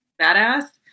badass